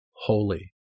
Holy